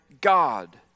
God